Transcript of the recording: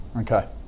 Okay